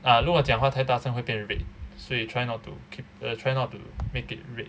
ah 如果讲话太大声会便 red 所以 try not to keep uh try not to make it red